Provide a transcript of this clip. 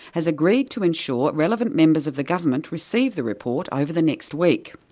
has agreed to ensure relevant members of the government receive the report over the next week.